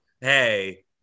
hey